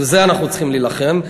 בזה אנחנו צריכים להילחם.